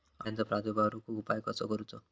अळ्यांचो प्रादुर्भाव रोखुक उपाय कसो करूचो?